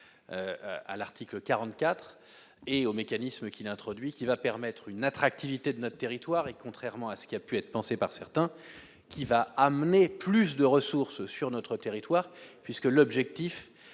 à l'article 44 et au mécanisme qui introduit, qui va permettre une attractivité de notre territoire et contrairement à ce qui a pu être pensé par certains qui va amener plus de ressources sur notre territoire, puisque l'objectif